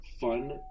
fun